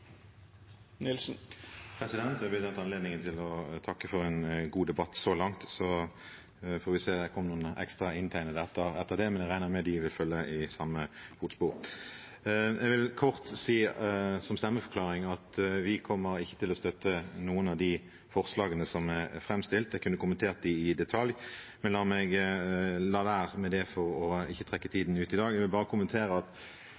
Jeg vil benytte anledningen til å takke for en god debatt så langt. Vi får se – det kommer noen ekstra inntegnede etter dette – men jeg regner med at de vil følge i samme fotspor. Jeg vil som stemmeforklaring kort si at vi ikke kommer til å støtte noen av de forslagene som er framstilt. Jeg kunne kommentert dem i detalj, men jeg lar det være for ikke å trekke tiden ut i dag. Jeg vil bare kommentere at